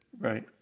Right